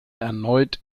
erneut